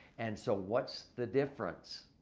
and so, what's the difference?